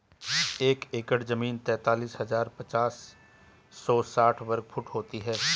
एक एकड़ जमीन तैंतालीस हजार पांच सौ साठ वर्ग फुट होती है